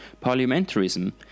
Parliamentarism